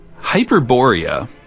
Hyperborea